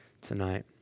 tonight